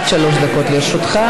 אדוני, עד שלוש דקות לרשותך.